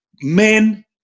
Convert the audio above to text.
Men